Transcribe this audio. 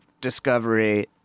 discovery